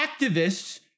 activists